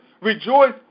Rejoice